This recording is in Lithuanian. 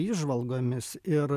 įžvalgomis ir